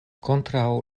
kontraŭ